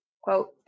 Quote